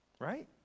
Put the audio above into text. right